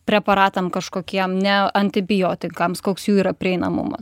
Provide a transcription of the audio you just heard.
preparatam kažkokiem ne antibiotikams koks jų yra prieinamumas